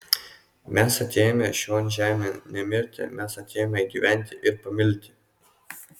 mes atėjome šion žemėn ne mirti mes atėjome gyventi ir pamilti